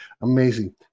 Amazing